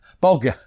bogey